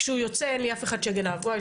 כשהוא יוצא אין לי אף אחד שיפקח עליו.